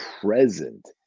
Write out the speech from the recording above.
present